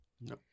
No